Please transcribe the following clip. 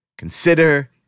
Consider